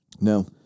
No